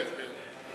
כן, כן.